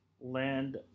land